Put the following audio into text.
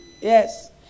Yes